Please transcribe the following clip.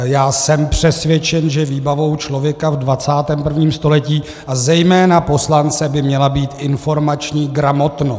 Já jsem přesvědčen, že výbavou člověka v 21. století, a zejména poslance, by měla být informační gramotnost.